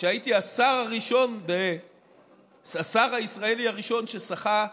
שהייתי השר הישראלי הראשון ששחה,